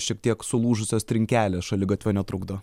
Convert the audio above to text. šiek tiek sulūžusios trinkelės šaligatvio netrukdo